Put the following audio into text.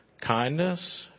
kindness